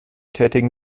tätigen